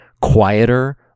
quieter